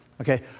Okay